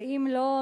ואם לא,